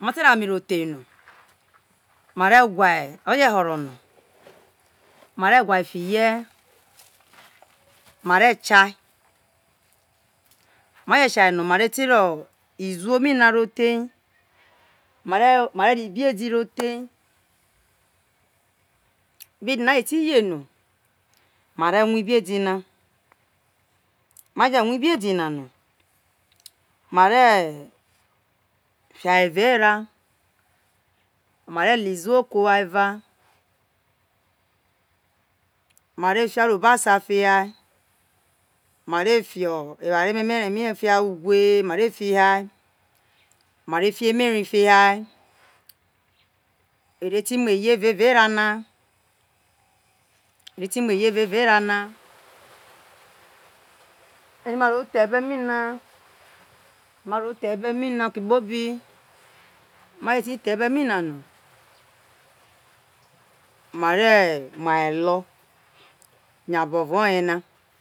ma te ro ame ro the no mare gwo oje horo no mare gwa fiye mare kia ma je kia no ma re erete ro izomi na ro the mare mare ro ibiedi ro the ibiedi na je ti ye no ma re wa ibiedi na ma je wa ibiedi na no ma ve fina ho evao era mare lo iziwo kuho a eva mare fi arobosa fia eva mare fi eware memerw mi fia ugwe fia mare mu eye evao era na eve ti mu eye eve eve era na ere ma ro the ebe mi na ere maro the ebe mi na oke kpobi ma je ti the ebe mi na no mare muho eloyo abo ro ye na